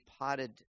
potted